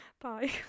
Bye